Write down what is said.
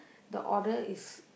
the order is